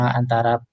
antara